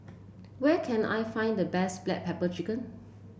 where can I find the best Black Pepper Chicken